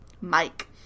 Mike